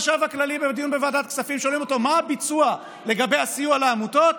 הכלכלה, חלילה, תמשיך לקרטע.